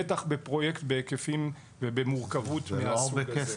בטח בפרויקט בהיקפים ובמורכבות מהסוג הזה.